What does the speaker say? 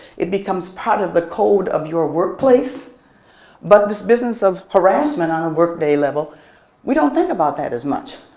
it becomes part of the code of your workplace but this business of harassment on a workday level we don't think about that as much.